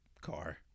car